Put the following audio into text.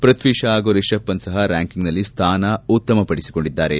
ಪೃಥ್ವೀ ಷಾ ಹಾಗೂ ರಿಷಬ್ ಪಂತ್ ಸಹ ರ್ಡಾಂಕಿಂಗ್ನಲ್ಲಿ ಸ್ವಾನ ಉತ್ತಮಪಡಿಸಿಕೊಂಡಿದ್ದಾರೆ